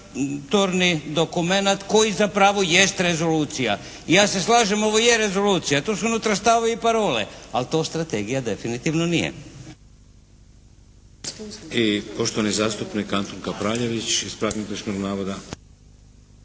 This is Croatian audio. dokumenat koji zapravo jest rezolucija. Ja se slažem, ovo je rezolucija, to su unutra stavovi i parole, ali to strategija definitivno nije.